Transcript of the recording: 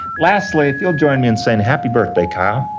lastly, if you'll join me in saying happy birthday, kyle.